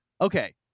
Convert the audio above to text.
Okay